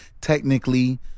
technically